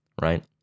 right